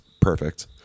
perfect